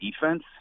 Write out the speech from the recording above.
defense